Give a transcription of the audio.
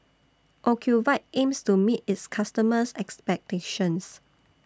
Ocuvite aims to meet its customers' expectations